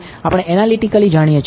આપણે એનાલિટીકલી જાણીએ છીએ